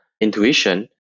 intuition